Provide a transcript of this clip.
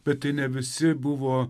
bet tai ne visi buvo